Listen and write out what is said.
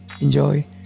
Enjoy